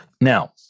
Now